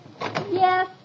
Yes